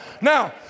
Now